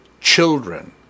children